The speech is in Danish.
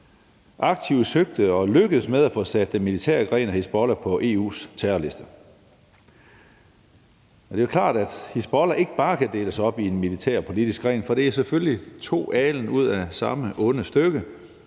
aktivt søgte og lykkedes med at få sat den militære gren af Hizbollah på EU's terrorliste. Det er klart, at Hizbollah ikke bare kan deles op i en militær og en politisk gren, for det er selvfølgelig to alen ud af samme onde stykke,